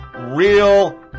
real